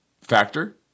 factor